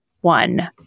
one